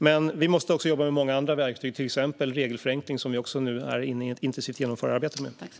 Vi måste dock också jobba med många andra verktyg, till exempel regelförenkling. Vi är just nu inne i ett intensivt arbete för att genomföra detta.